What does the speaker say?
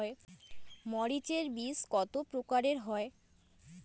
মরিচ এর বীজ কতো প্রকারের হয়?